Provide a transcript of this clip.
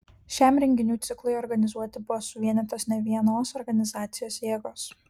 šiam renginių ciklui organizuoti buvo suvienytos nevienos organizacijos jėgos